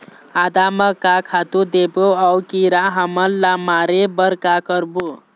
आदा म का खातू देबो अऊ कीरा हमन ला मारे बर का करबो?